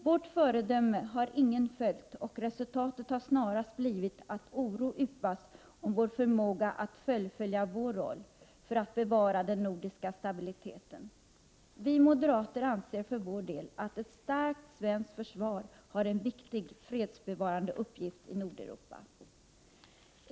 Vårt ”föredöme” har ingen följt, och resultatet har snarast blivit att oro yppas om vår förmåga att fullfölja vår roll för att bevara den nordiska stabiliteten. Vi moderater anser för vår del att ett starkt svenskt försvar har en viktig fredsbevarande uppgift i Nordeuropa.